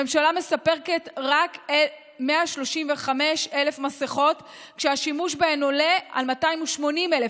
הממשלה מספקת רק 135,000 מסכות כשהשימוש בהן עולה על 280,000,